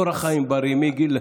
אורח חיים בריא מגיל,